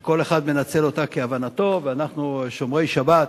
וכל אחד מנצל אותה כהבנתו, ואנחנו, שומרי שבת,